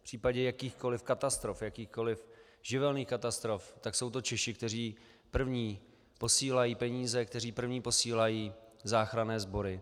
V případě jakýchkoliv katastrof, jakýchkoliv živelních katastrof, tak jsou to Češi, kteří první posílají peníze, kteří první posílají záchranné sbory.